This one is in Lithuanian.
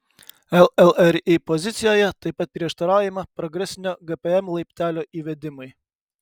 llri pozicijoje taip pat prieštaraujama progresinio gpm laiptelio įvedimui